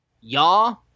Y'all